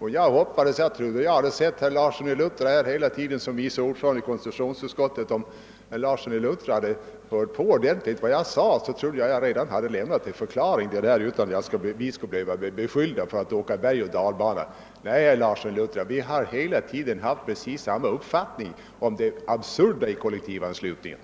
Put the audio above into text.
Herr Larsson i Luttra är ju vice ordförande i konstitutionsutskottet, och om han hade lyssnat på vad jag sade skulle han ha uppmärksammat att jag redan har lämnat en förklaring. Då hade vi sluppit att bli beskyllda för att åka bergoch dalbana i denna fråga. Nej, herr Larsson i Luttra, vi har hela tiden haft samma uppfattning om det absurda i kollektivanslutningar.